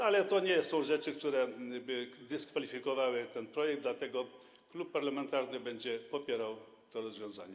Ale to nie są rzeczy, które by dyskwalifikowały ten projekt, dlatego klub parlamentarny będzie popierał to rozwiązanie.